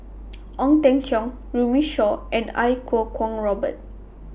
Ong Teng Cheong Runme Shaw and Iau Kuo Kwong Robert